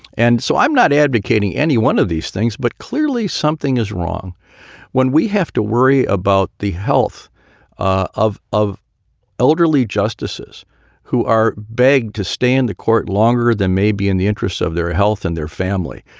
and so i'm not advocating any one of these things. but clearly something is wrong when we have to worry about the health ah of of elderly justices who are begged to stay on and the court longer than may be in the interests of their health and their family.